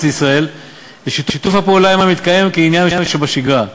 לישראל ושיתוף הפעולה עמן מתקיים כעניין שבשגרה.